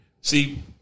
See